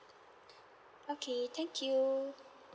okay thank you